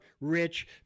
rich